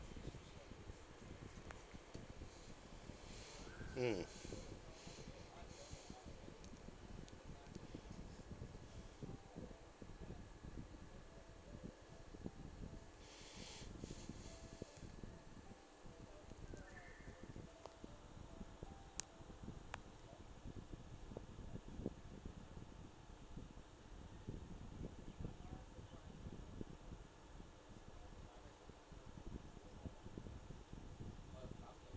mm